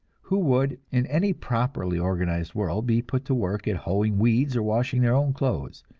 who would, in any properly organized world, be put to work at hoeing weeds or washing their own clothes.